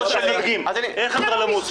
אז תסביר איך אנדרלמוסיה.